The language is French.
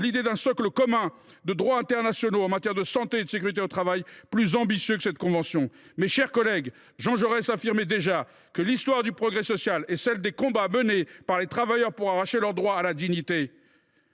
l’idée d’un socle commun de droits internationaux en matière de santé et de sécurité au travail plus ambitieux que cette convention. Mes chers collègues, ainsi que l’affirmait déjà Jean Jaurès, l’histoire du progrès social est celle des combats menés par les travailleurs pour arracher leur droit à la dignité.